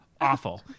awful